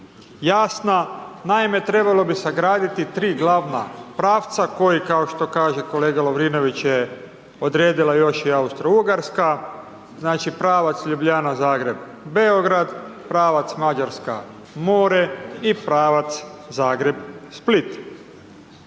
jasna, naime, trebalo bi sagraditi 3 glavna pravca koji, kao što kaže kolega Lovrinović je, odredila još i Austro-Ugarska, znači, pravac Ljubljana-Zagreb-Beograd, pravac Mađarska-more i pravac Zagreb-Split.